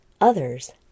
others